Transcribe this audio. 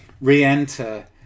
re-enter